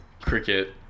cricket